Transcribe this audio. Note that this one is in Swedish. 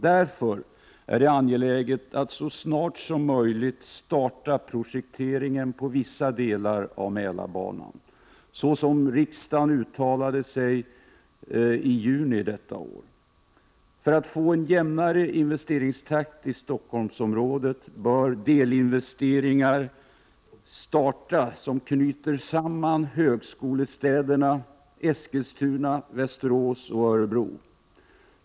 Därför är det angeläget att så snart som möjligt starta projekteringen på vissa delar av Mälarbanan, som riksdagen uttalade sig för i juni i år. För att få en jämnare investeringstakt i Stockholmsområdet bör delinvesteringar göras som knyter samman högskolestäderna Eskilstuna, Västerås och Örebro.